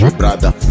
brother